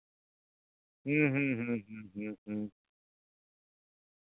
ᱦᱩᱸ ᱦᱩᱸ ᱦᱩᱸ ᱦᱩᱸ ᱦᱩᱸ ᱦᱩᱸ